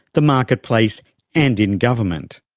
the marketplace and in government.